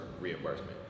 reimbursement